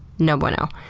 no bueno.